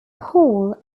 paul